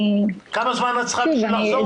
כמה זמן את צריכה בשביל לחזור?